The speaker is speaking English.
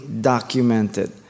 documented